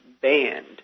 banned